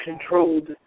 controlled